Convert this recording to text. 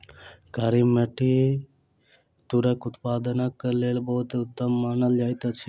कारी माइट तूरक उत्पादनक लेल बहुत उत्तम मानल जाइत अछि